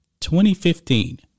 2015